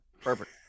Perfect